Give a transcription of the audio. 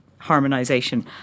harmonisation